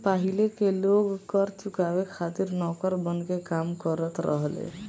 पाहिले के लोग कर चुकावे खातिर नौकर बनके काम करत रहले